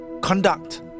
conduct